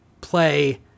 play